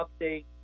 update